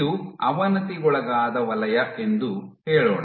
ಇದು ಅವನತಿಗೊಳಗಾದ ವಲಯ ಎಂದು ಹೇಳೋಣ